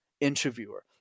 interviewer